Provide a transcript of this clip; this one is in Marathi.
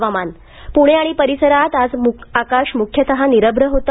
हवामान पुणे आणि परिसरात आज आकाश मुख्यतः निरभ्र होत